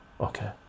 okay